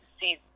See